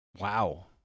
Wow